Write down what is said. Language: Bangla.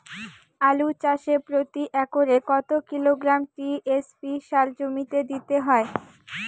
আলু চাষে প্রতি একরে কত কিলোগ্রাম টি.এস.পি সার জমিতে দিতে হয়?